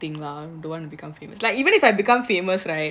thing lah don't want to become famous like even if I become famous right